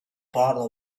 bottle